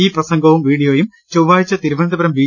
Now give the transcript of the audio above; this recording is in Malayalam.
ഈ പ്രസംഗവും വീഡിയോയും ചൊപ്പാഴ്ച തിരുവനന്തപുരം ബി